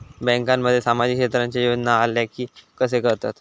बँकांमध्ये सामाजिक क्षेत्रांच्या योजना आल्या की कसे कळतत?